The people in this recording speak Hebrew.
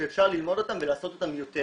שאפשר ללמוד אותם ולעשות אותם יותר.